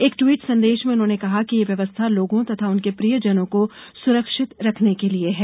एक ट्वीट संदेश में उन्होंने कहा कि ये व्यवस्था लोगों तथा उनके प्रियजनों को सुरक्षित रखने के लिये है